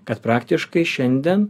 kad praktiškai šiandien